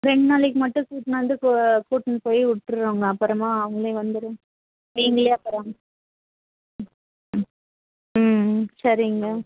ரெண்டு நாளைக்கு மட்டும் கூப்ட்டுன்னு வந்து கூ கூப்ட்டுன்னு போய் விட்டுட்றோங்க அப்புறமா அவங்களே வந்துடும் நீங்களே அப்பறம் ம் சரிங்க